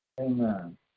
Amen